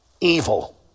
evil